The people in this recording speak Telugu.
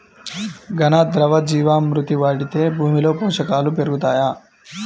ఘన, ద్రవ జీవా మృతి వాడితే భూమిలో పోషకాలు పెరుగుతాయా?